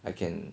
I can